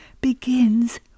begins